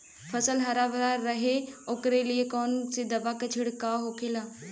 फसल हरा भरा रहे वोकरे लिए कौन सी दवा का छिड़काव होखेला?